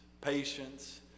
patience